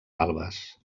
valves